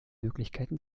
möglichkeiten